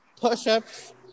push-ups